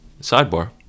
Sidebar